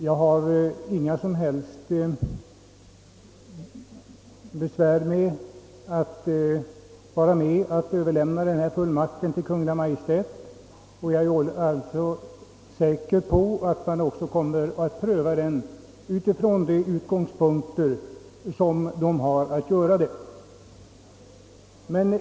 Jag tvekar inte alls att vara med om att lämna sådan fullmakt, ty jag är säker på att Kungl. Maj:t kommer att pröva frågan på ett riktigt sätt.